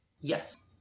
Yes